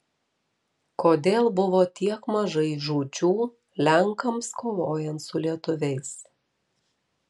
kodėl buvo tiek mažai žūčių lenkams kovojant su lietuviais